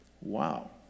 Wow